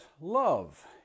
love